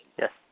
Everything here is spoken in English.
Yes